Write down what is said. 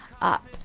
up